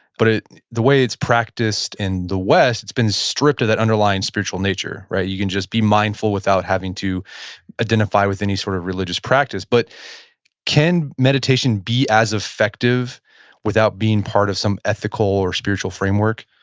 but ah the way it's practiced in the west, it's been stripped of that underlying spiritual nature. right? you can just be mindful without having to identify with any sort of religious practice. but can meditation be as effective without being part of some ethical or spiritual framework?